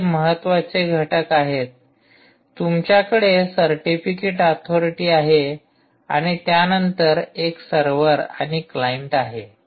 तर हे महत्त्वाचे घटक आहेत तुमच्याकडे सर्टीफिकीट अथॉरिटी आहे आणि त्यानंतर एक सर्वर आणि क्लाइंट आहे